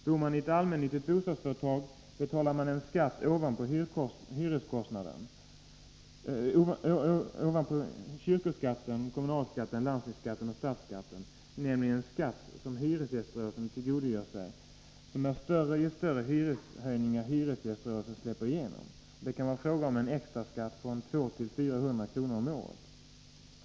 Bor man i ett allmännyttigt bostadsföretag betalar man en skatt ovanpå kyrkoskatten, kommunalskatten, landstingsskatten och statsskatten, nämligen en skatt som hyresgäströrelsen tillgodogör sig, som är större ju större hyreshöjningar hyresgäströrelsen släpper igenom. Det kan vara fråga om en extraskatt på 200-400 kr. om året.